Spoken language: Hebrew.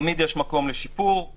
תמיד יש מקום לשיפור.